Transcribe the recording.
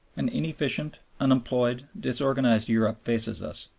an inefficient, unemployed, disorganized europe faces us,